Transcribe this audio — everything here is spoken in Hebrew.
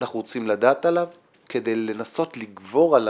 אנחנו רוצים לדעת עליו, כדי לנסות לגבור על